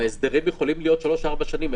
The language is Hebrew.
הסדרים יכולים להיות שלוש-ארבע שנים.